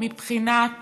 מבחינת